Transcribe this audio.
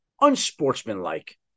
unsportsmanlike